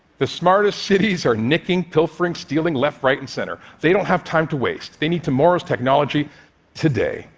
the smartest cities are nicking, pilfering, stealing, left, right and center. they don't have time to waste. they need tomorrow's technology today,